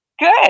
Good